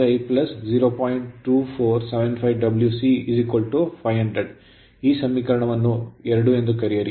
2475 W c 500 ಈ ಸಮೀಕರಣವನ್ನು 2 ಎಂದು ಕರೆಯಿರಿ